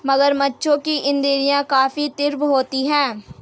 मगरमच्छों की इंद्रियाँ काफी तीव्र होती हैं